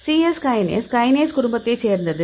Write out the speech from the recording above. CS kinase kinase குடும்பத்தைச் சேர்ந்தது